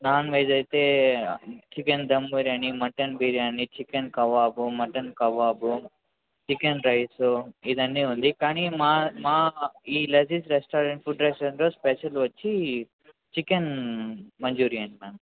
non veg అయితే chicken dum biryani mutton biryani chicken kebab mutton kebab chicken rice ఇది అన్నీ ఉంది కానీ మా మా ఈ లజీజ్ రెస్టారెంట్ ఫుడ్ రెస్టారెంట్లో స్పెషల్ వచ్చేసి చికెన్ మంచూరియన్ మ్యామ్